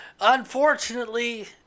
Unfortunately